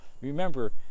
Remember